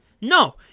no